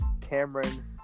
Cameron